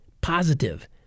positive